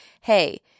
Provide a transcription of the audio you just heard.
hey